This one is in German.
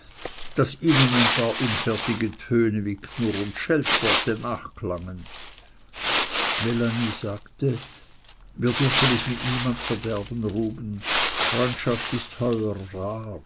daß ihnen ein paar unfertige töne wie knurrund scheltworte nachklangen melanie sagte wir dürfen es mit niemand verderben ruben freundschaft ist heuer rar